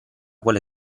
quelle